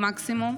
במקסימום.